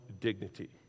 dignity